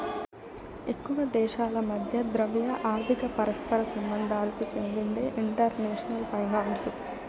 ఎక్కువ దేశాల మధ్య ద్రవ్య, ఆర్థిక పరస్పర సంబంధాలకు చెందిందే ఇంటర్నేషనల్ ఫైనాన్సు